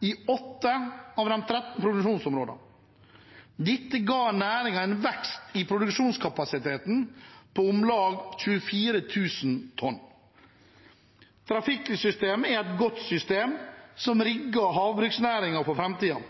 i 8 av de 13 produksjonsområdene. Dette ga næringen en vekst i produksjonskapasiteten på om lag 24 000 tonn. Trafikklyssystemet er et godt system, som rigger havbruksnæringen for framtiden,